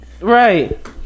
Right